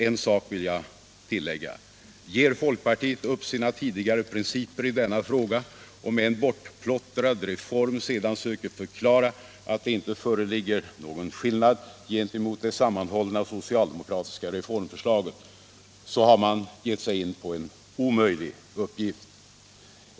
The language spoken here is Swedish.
En sak vill jag tillägga: Ger folkpartiet upp sina tidigare principer i denna fråga och med en bortplottrad reform sedan söker förklara att det inte föreligger någon skillnad gentemot det sammanhållna socialdemokratiska reformförslaget, så har man gett sig in på en omöjlig uppgift.